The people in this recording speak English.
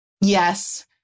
yes